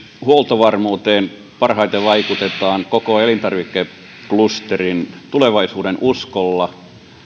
huoltovarmuuteen parhaiten vaikutetaan koko elintarvikeklusterin tulevaisuudenuskolla